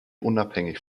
unabhängig